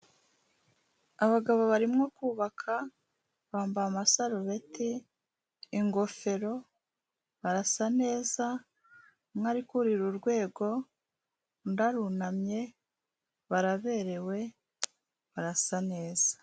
Abagabo barimo kubaka, bambaye amasarubeti, ingofero, barasa neza, umwe ari kurira urwego, undi arunamye, baraberewe, barasa neza.